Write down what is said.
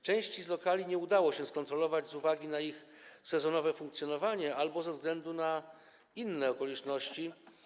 Części z lokali nie udało się skontrolować z uwagi na ich sezonowe funkcjonowanie albo ze względu na inne okoliczności.